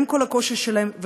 עם כל הקושי שלהם,